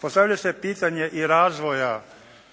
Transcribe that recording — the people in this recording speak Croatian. postavlja se pitanje i razvoja